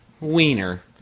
Wiener